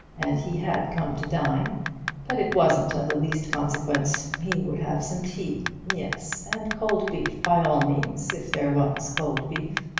and he had come to dine but it wasn't of the least consequence, he would have some tea yes, and cold beef, by all means, if there was cold beef.